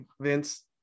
Vince